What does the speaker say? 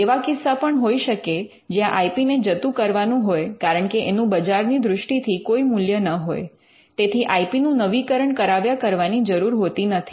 એવા કિસ્સા પણ હોઈ શકે જ્યાં આઇ પી ને જતું કરવાનું હોય કારણકે એનું બજારની દૃષ્ટિથી કોઈ મૂલ્ય ન હોય તેથી આઇ પી નું નવીકરણ કરાવ્યા કરવાની જરૂર હોતી નથી